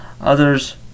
others